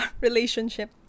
Relationship